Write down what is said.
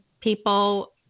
people